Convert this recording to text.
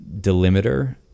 delimiter